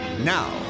Now